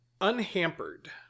Unhampered